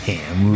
Ham